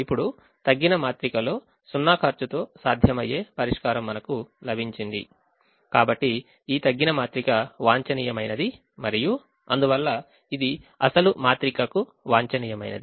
ఇప్పుడు తగ్గిన మాత్రికలో సున్నా ఖర్చుతో సాధ్యమయ్యే పరిష్కారం మనకు లభించింది కాబట్టి ఈ తగ్గిన మాత్రిక వాంఛనీయమైనది మరియు అందువల్ల ఇది అసలు మాత్రికకు వాంఛనీయమైనది